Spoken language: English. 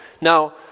Now